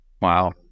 Wow